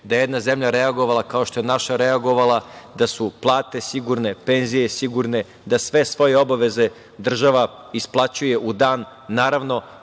da je jedna zemlja reagovala kao što je naša reagovala, da su plate sigurne, penzije sigurne, da sve svoje obaveze država isplaćuje u dan, naravno